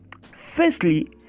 Firstly